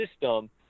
system –